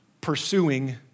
pursuing